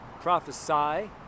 prophesy